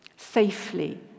safely